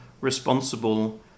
responsible